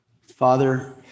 Father